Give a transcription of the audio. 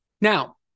Now